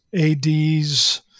ADs